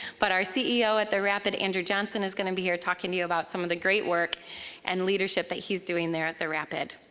but our ceo at the rapid, andrew johnson, is gonna be here talking to you about some of the great work and leadership that he's doing there at the rapid.